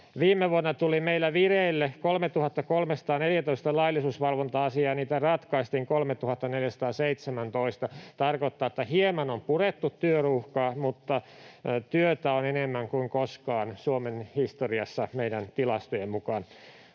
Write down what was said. Viime vuonna meillä tuli vireille 3 314 laillisuusvalvonta-asiaa ja niitä ratkaistiin 3 417. Se tarkoittaa, että hieman on purettu työruuhkaa, mutta työtä on enemmän kuin koskaan Suomen historiassa meidän tilastojemme mukaan.